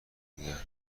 نگه